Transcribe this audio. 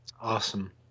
Awesome